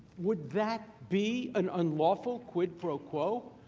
with that be an unlawful quid pro quo?